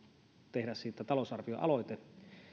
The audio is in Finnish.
tehdä siitä talousarvioaloite